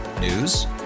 News